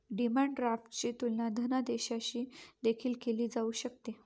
demand ड्राफ्टची तुलना धनादेशाशी देखील केली जाऊ शकते